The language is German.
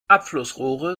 abflussrohre